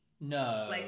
No